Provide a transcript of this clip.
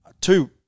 two